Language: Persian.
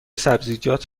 سبزیجات